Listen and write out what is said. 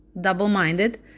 double-minded